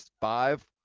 five